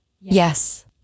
Yes